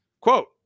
Quote